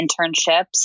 internships